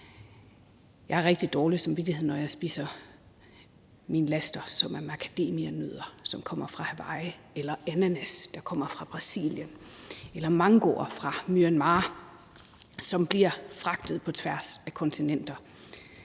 Jeg har rigtig dårlig samvittighed, når jeg spiser mine laster, som er macadamianødder, som kommer Hawaii, eller ananas, der kommer fra Brasilien, eller mangoer fra Myanmar, som bliver fragtet på tværs af kontinenter